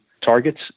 targets